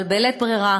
אבל בלית ברירה,